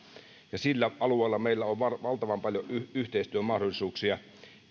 ja sillä alueella meillä on valtavan paljon yhteistyömahdollisuuksia